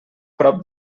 prop